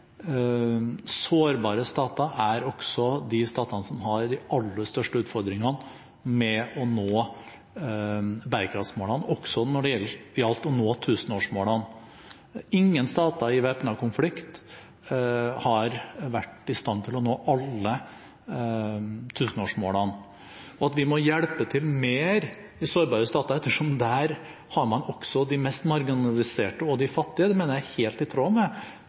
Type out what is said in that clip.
Sårbare stater er også de statene som har de aller største utfordringene med å nå bærekraftsmålene – også når det gjaldt å nå tusenårsmålene. Ingen stater i væpnet konflikt har vært i stand til å nå alle tusenårsmålene. At vi må hjelpe til mer i sårbare stater, ettersom man der også har de mest marginaliserte og de fattige, mener jeg er helt i tråd med